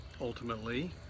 ultimately